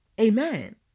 Amen